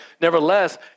Nevertheless